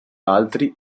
altri